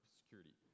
security